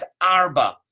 Arba